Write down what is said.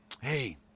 Hey